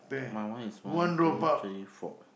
my one is one two three four